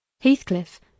Heathcliff